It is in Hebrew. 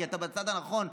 כי אתה בצד הנכון.